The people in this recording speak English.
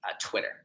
Twitter